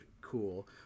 cool